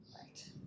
Right